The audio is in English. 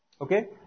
Okay